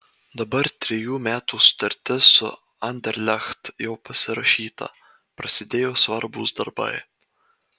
dabar trejų metų sutartis su anderlecht jau pasirašyta prasidėjo svarbūs darbai